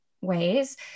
ways